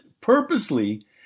purposely